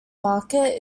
market